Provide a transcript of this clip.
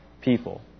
people